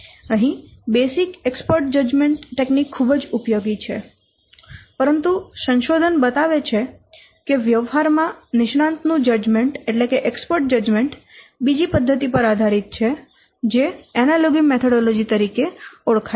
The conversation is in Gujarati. અહીં બેઝિક એક્સપર્ટ જજમેન્ટ તકનીક ખૂબ જ ઉપયોગી છે પરંતુ સંશોધન બતાવે છે કે વ્યવહાર માં નિષ્ણાંત નું જજમેન્ટ બીજી પદ્ધતિ પર આધારિત છે જે એનાલોગી મેથોડોલોજી તરીકે ઓળખાય છે